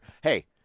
Hey